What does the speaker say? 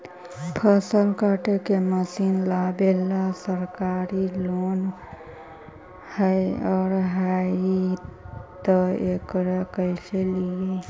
फसल काटे के मशीन लेबेला सरकारी लोन हई और हई त एकरा कैसे लियै?